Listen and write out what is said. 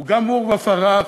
הוא גם עורבא פרח.